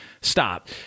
Stop